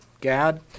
Gad